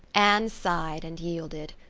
anne sighed and yielded.